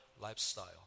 lifestyle